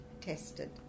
tested